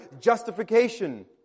justification